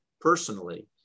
personally